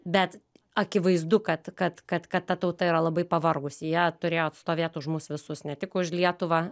bet akivaizdu kad kad kad kad ta tauta yra labai pavargusi jie turėjo atstovėt už mus visus ne tik už lietuvą